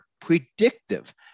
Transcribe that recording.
predictive